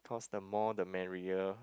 cause the more the merrier